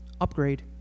upgrade